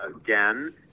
again